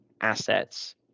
assets